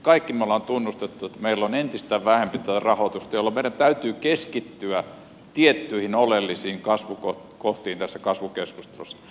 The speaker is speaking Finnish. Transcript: kaikki me olemme tunnustaneet että meillä on entistä vähempi rahoitusta jolloin meidän täytyy keskittyä tiettyihin oleellisiin kasvukohtiin tässä kasvukeskustelussa